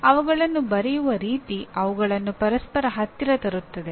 ಅವುಗಳನ್ನು ಬರೆಯುವ ರೀತಿ ಅವುಗಳನ್ನು ಪರಸ್ಪರ ಹತ್ತಿರ ತರುತ್ತದೆ